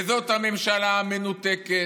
וזאת, הממשלה המנותקת,